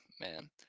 man